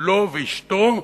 כולו ואשתו,